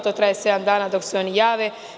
To traje sedam dana dok se oni jave.